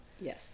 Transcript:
yes